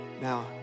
Now